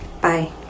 Bye